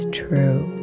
true